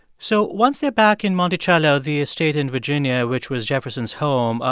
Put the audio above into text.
so once they're back in monticello, the estate in virginia, which was jefferson's home,